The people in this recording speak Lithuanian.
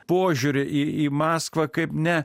požiūrį į įbmaskvą kaip ne